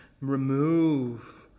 remove